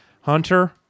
Hunter